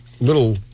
little